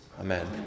Amen